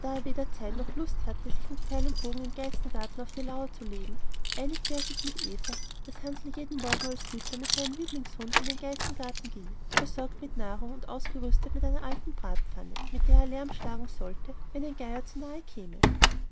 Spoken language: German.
da er weder zeit noch lust hatte sich mit pfeil und bogen im geißengarten auf die lauer zu legen einigte er sich mit eva daß hansl jeden morgen als hüter mit seinem lieblingshund in den geißengarten ging versorgt mit nahrung und ausgerüstet mit der alten bratpfanne auf der er lärm schlagen sollte wenn ein geier zu nahe käme